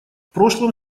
прошлом